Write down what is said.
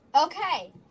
okay